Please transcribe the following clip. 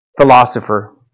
philosopher